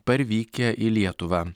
parvykę į lietuvą